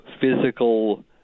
physical